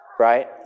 Right